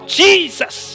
jesus